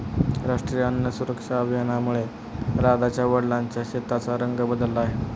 राष्ट्रीय अन्न सुरक्षा अभियानामुळे राधाच्या वडिलांच्या शेताचा रंग बदलला आहे